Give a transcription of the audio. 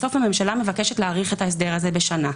בסוף הממשלה מבקשת להאריך את ההסדר בשנה.